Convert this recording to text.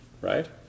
right